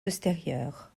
postérieures